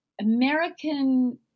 American